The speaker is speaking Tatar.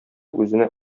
үзенә